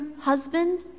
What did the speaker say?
husband